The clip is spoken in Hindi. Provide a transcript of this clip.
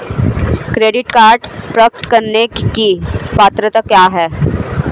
क्रेडिट कार्ड प्राप्त करने की पात्रता क्या है?